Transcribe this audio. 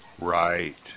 Right